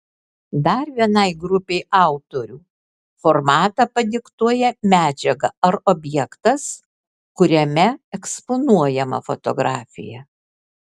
dar vienai grupei autorių formatą padiktuoja medžiaga ar objektas kuriame eksponuojama fotografija